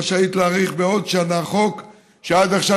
רשאית להאריך בעוד שנה חוק שעד עכשיו